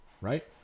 right